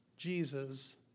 Jesus